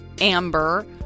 Amber